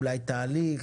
אולי תהליך,